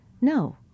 no